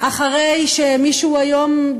אחרי שמישהו היום,